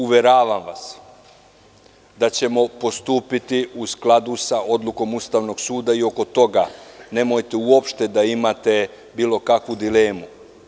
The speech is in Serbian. Uveravam vas da ćemo postupiti u skladu sa odlukom Ustavnog suda i oko toga nemojte uopšte da imate bilo kakvu dilemu.